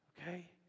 Okay